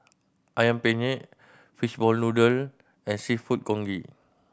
Ayam Penyet fish ball noodle and Seafood Congee